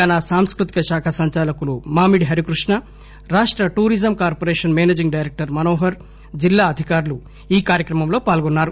తెలంగాణ సాంస్కృతిక శాఖ సంచాలకులు మామిడి హరికృష్ణ రాష్ట tourism corporation managing director Manohar జిల్లా అధికారులు ఈ కార్యక్రమంలో పాల్గొన్నారు